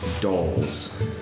dolls